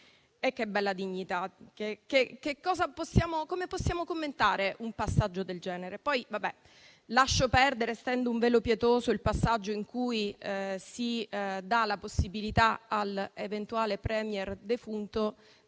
e che bella dignità! Come possiamo commentare un passaggio del genere? Lascio poi perdere e stendo un velo pietoso sul passaggio in cui si dà la possibilità all'eventuale *Premier* defunto